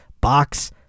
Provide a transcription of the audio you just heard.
box